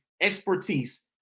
expertise